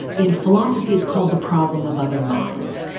in philosophy it's called the problem of other minds.